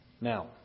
Now